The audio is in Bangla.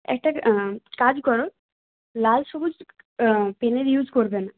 একটা কাজ করো লাল সবুজ পেনের ইউজ করবে না